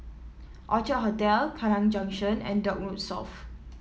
Orchard Hotel Kallang Junction and Dock Road South